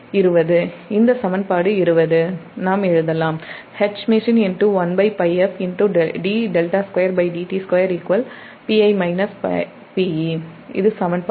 எனவே அதுதான் இந்த சமன்பாடு